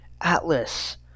Atlas